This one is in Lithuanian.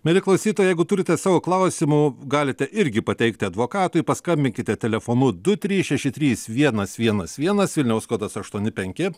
mieli klausytojai jeigu turite savo klausimų galite irgi pateikti advokatui paskambinkite telefonu du trys šeši trys vienas vienas vienas vilniaus kodas aštuoni penki